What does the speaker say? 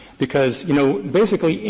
because, you know, basically,